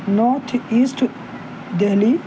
north east Delhi